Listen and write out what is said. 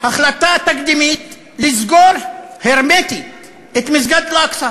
החלטה תקדימית, לסגור הרמטית את מסגד אל-אקצא